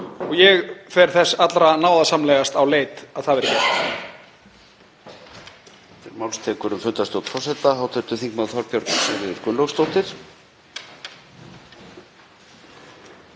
og ég fer þess allra náðarsamlegast á leit að það verði gert.